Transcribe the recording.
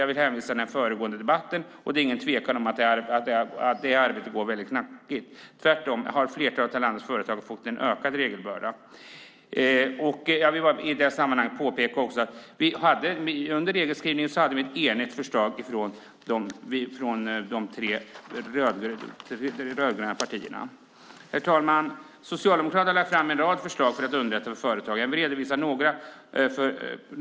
Jag hänvisar till den föregående debatten. Det är ingen tvekan om att det arbetet går väldigt knackigt. Flertalet av landets företagare har tvärtom fått en ökad regelbörda. I detta sammanhang vill jag påpeka att vi under regelskrivningen hade ett enigt förslag från de tre rödgröna partierna. Herr talman! Socialdemokraterna har lagt fram en rad förslag för att underlätta för företag. Jag ska redovisa några.